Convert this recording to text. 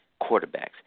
quarterbacks